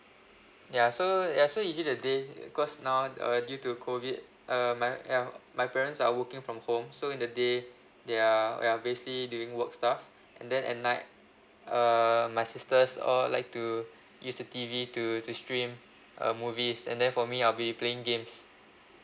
ya so ya so usually the day because now uh due to COVID uh my uh my parents are working from home so in the day they are ya basically doing work stuff and then at night uh my sisters all like to use the T_V to to stream uh movies and then for me I'll be playing games